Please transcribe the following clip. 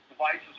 devices